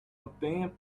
opinion